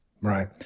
Right